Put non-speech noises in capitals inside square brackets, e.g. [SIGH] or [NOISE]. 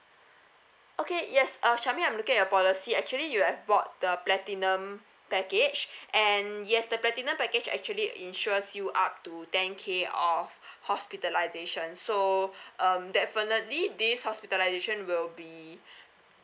okay yes uh charmaine I'm looking at your policy actually you have bought the platinum package [BREATH] and yes the platinum package actually insures you up to ten K of [BREATH] hospitalization so [BREATH] um definitely this hospitalization will be [BREATH]